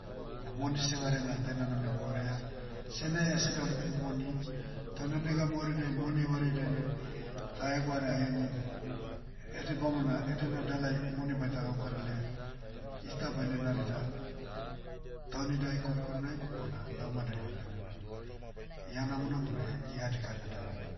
Na moni sevaraina taina name gwauraia. Sene aseda moni, toh na nega maurinai moni evareai dainai, ta hegoada henim. Ede bamona edena dalai, moni baita gaukara laia, ita baine narida, taunida ikorikorinai, bona laumadai dan baina nad. Iha namona bona iha dikana dalanai.